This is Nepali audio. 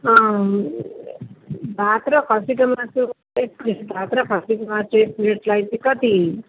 अँ भात र खसीको मासु एक प्लेट भात र खसीको मासु एक प्लेटलाई चाहिँ कति